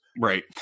Right